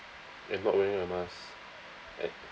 and not wearing a mask and